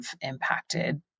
impacted